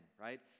right